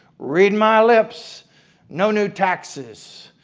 read my lips no new taxes.